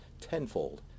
tenfold